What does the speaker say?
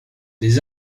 des